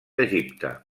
egipte